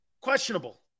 Questionable